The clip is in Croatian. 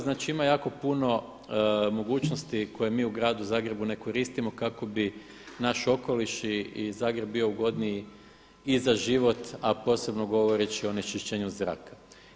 Znači ima jako puno mogućnosti koje mi u gradu Zagrebu ne koristimo kako bi naš okoliš i Zagreb bio ugodniji i za život, a posebno govoreći o onečišćenju zraka.